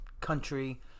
country